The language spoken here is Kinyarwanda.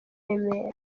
remera